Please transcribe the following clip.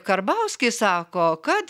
karbauskis sako kad